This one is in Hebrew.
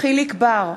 יחיאל חיליק בר,